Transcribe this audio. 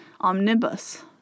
omnibus